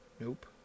Nope